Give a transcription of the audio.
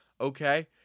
Okay